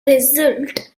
result